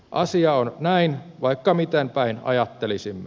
asia on näin vaikka miten päin ajattelisimme